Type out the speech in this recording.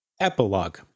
Epilogue